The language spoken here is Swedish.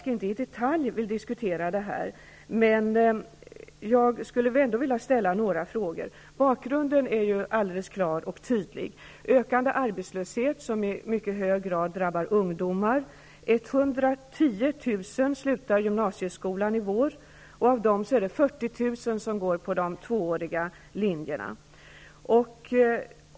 Jag förstår att Beatrice Ask inte vill diskutera det i detalj, men jag skulle ändå vilja ställa några frågor. Bakgrunden är alldeles klar: ökande arbetslöshet, som i mycket hög grad drabbar ungdomar. 110 000 slutar gymnasieskolan i vår. Av dem är det 40 000 som går på de tvååriga linjerna.